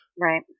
right